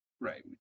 Right